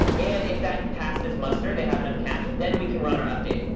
and if that passes muster, they have enough cash. then we can run our update.